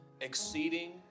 Exceeding